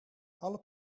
alle